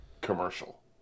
commercial